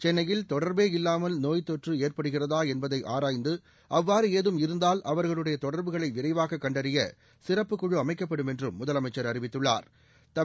சென்னையில் தொடர்பே இல்லாமல் நோய்த்தொற்று ஏற்படுகிறதா என்பதை ஆராய்ந்து அவ்வாறு ஏதும் இருந்தால் அவர்களுடைய தொடர்புகளை விரைவாக கண்டறிய சிறப்புக்குழு அமைக்கப்படும் என்றும் முதலமைச்சா் அறிவித்துள்ளாா்